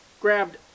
grabbed